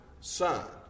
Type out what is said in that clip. Son